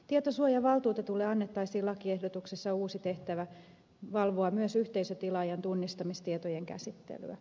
tietosuojavaltuutetulle annettaisiin lakiehdotuksessa uusi tehtävä valvoa myös yhteisötilaajan tunnistamistietojen käsittelyä